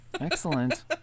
Excellent